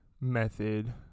method